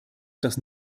dass